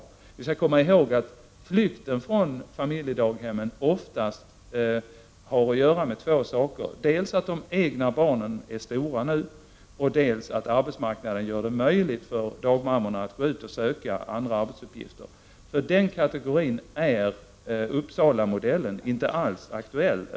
Vi skall komma ihåg att flykten från familjedaghemmen oftast har att göra med två saker, nämligen dels att de egna barnen nu är stora, dels att arbetsmarknaden gör det möjligt för dagmammorna att söka andra arbetsuppgifter. För den kategorin är Uppsalamodellen inte alls aktuell.